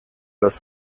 los